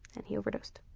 and he overdosed